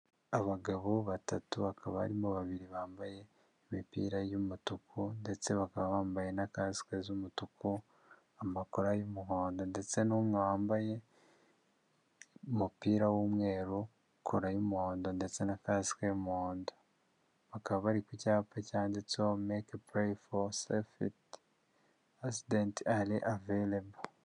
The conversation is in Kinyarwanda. Abagabo batatu bakaba harimo babiri bambaye imipira y'umutuku ndetse bakaba bambaye na kask z'umutuku, amakora y'umuhondo, ndetse n'umwe wambaye umupira w'umweru kora y'umuhondo, ndetse na kasike y'umuhondo, bakaba bari ku cyapa cyanditseho meke pureyi fo safeti agisiudenti are avariyebo.